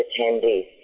attendees